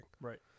Right